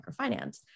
microfinance